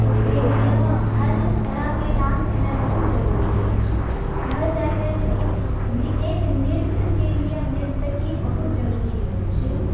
के लियऽ हर तरह के डान्स एनाइ बहुत जरूरी अछि कहल जाइत अछि कि एक नृत्य के लिय नर्तकी बहुत जरूरी अछि